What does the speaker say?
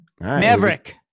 Maverick